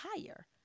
higher